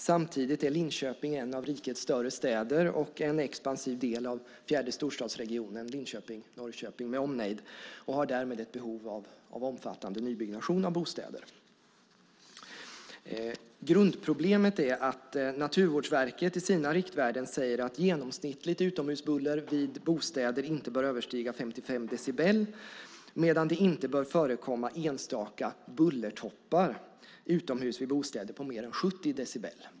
Samtidigt är Linköping en av rikets större städer och en expansiv del av fjärde storstadsregionen Linköping-Norrköping med omnejd och har därmed behov av omfattande nybyggnation av bostäder. Grundproblemet är att Naturvårdsverket i sina riktvärden säger att genomsnittligt utomhusbuller vid bostäder inte bör överstiga 55 decibel medan det inte bör förekomma enstaka bullertoppar utomhus vid bostäder på mer än 70 decibel.